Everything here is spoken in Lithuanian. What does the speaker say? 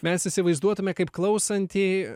mes įsivaizduotume kaip klausantį